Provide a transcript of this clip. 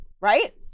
Right